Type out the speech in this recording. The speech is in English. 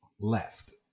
left